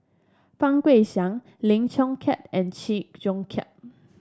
Fang Guixiang Lim Chong Keat and Chew Joo Chiat